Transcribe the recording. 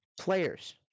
players